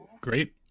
Great